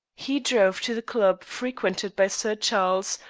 he drove to the club frequented by sir charles,